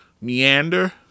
meander